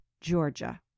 Georgia